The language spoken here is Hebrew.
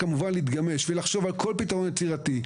אפשר כמובן להתגמש, ולחשוב על כל פיתרון יצירתי.